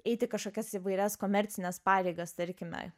eit į kažkokias įvairias komercines pareigas tarkime